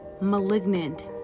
malignant